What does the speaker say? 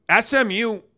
SMU